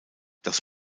das